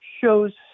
shows